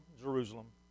Jerusalem